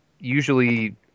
usually